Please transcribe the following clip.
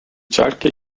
schalke